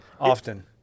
often